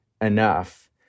enough